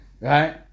Right